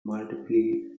multiplication